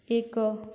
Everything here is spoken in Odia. ଏକ